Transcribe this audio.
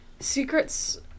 secrets